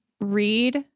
read